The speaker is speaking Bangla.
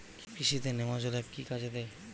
কৃষি তে নেমাজল এফ কি কাজে দেয়?